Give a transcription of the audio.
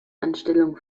anstellung